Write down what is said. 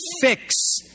fix